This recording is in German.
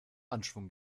anschwung